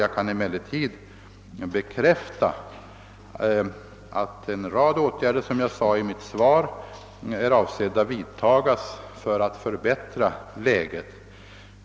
Jag kan emellertid bekräfta att en rad åtgärder, som jag sade i mitt svar, är avsedda att vidtagas för att förbättra läget.